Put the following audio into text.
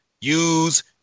use